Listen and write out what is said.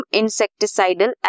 insecticidal